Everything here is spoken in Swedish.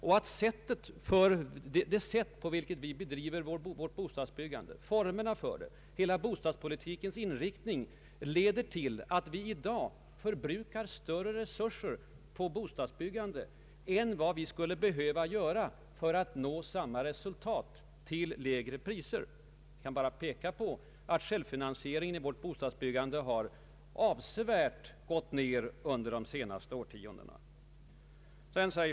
Det sätt på vilket vi bedriver vårt bostadsbyggande och hela bostadspolitikens inriktning leder till att vi i dag förbrukar större resurser på bostadsbyggandet än vi skulle behöva göra. Vi skulle med andra ord med en annan politik nå samma resultat till lägre priser. Jag kan bara peka på att självfinansieringen i vårt bostadsbyggande gått ner avsevärt under de senaste årtiondena.